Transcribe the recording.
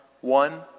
one